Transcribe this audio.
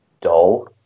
dull